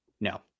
No